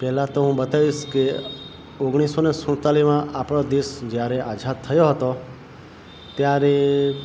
પહેલા તો હું બતાવીશ કે ઓગણીસોને સુડતાલીમાં આપણો દેશ જ્યારે આઝાદ થયો હતો ત્યારે